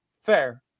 fair